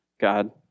God